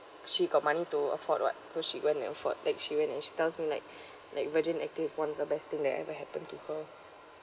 she got money to afford [what] so she went and afford like she went and she tells me like like virgin active ones are best thing that ever happen to her